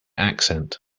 accent